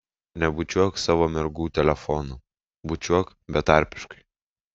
nebučiuok savo mergų telefonu bučiuok betarpiškai